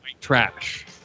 trash